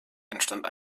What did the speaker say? entstand